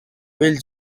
bell